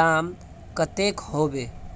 दाम कतेक होबे?